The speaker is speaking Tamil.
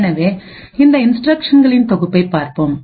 எனவே இந்த இன்ஸ்டிரக்ஷன்களின் தொகுப்பைப் பார்ப்போம்